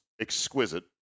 exquisite